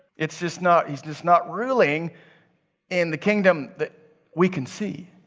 it just not, he's just not ruling in the kingdom that we can see.